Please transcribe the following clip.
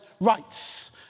rights